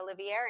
Olivieri